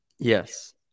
Yes